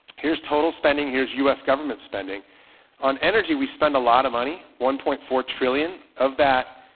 here's total spending. here's u s government spending on energy. we spend a lot of money. one point four trillion of that.